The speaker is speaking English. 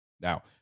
Now